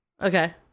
Okay